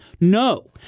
No